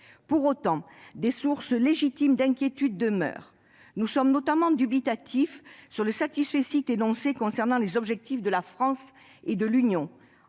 Cependant, des sources légitimes d'inquiétude demeurent. Nous sommes notamment dubitatifs sur le qui a été donné concernant les objectifs de la France et de l'Union